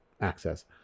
access